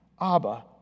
Abba